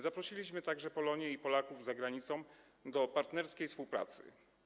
Zaprosiliśmy także Polonię i Polaków za granicą do partnerskiej współpracy.